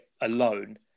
alone